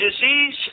disease